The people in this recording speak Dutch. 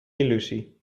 illusie